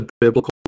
biblical